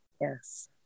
Yes